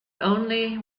only